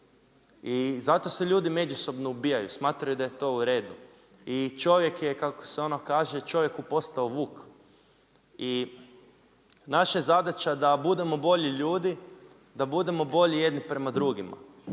I zato se ljudi međusobno ubijaju, smatraju da je to u redu. I čovjek, kako se ono kaže, čovjeku postao vuk. I naša je zadaća da budemo bolji ljudi, da budemo bolji jedni prema drugima.